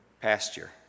pasture